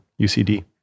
UCD